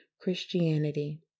Christianity